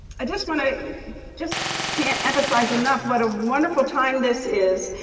i just wanna just can't emphasize enough what a wonderful time this is.